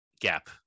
gap